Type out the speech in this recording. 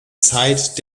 zeit